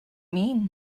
mean